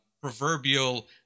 proverbial